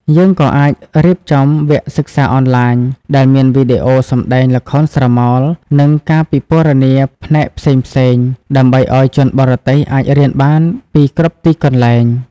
យើងក៏អាចរៀបចំវគ្គសិក្សាអនឡាញ ដែលមានវីដេអូសម្តែងល្ខោនស្រមោល និងការពិពណ៌នាផ្នែកផ្សេងៗ ដើម្បីឲ្យជនបរទេសអាចរៀនបានពីគ្រប់ទីកន្លែង។